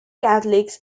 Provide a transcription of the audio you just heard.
catholics